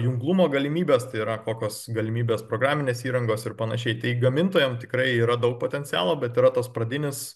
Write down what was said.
junglumo galimybės tai yra kokios galimybės programinės įrangos ir panašiai tai gamintojam tikrai yra daug potencialo bet yra tas pradinis